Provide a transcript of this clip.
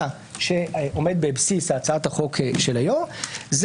שעומד בבסיס הצעת החוק של היושב-ראש,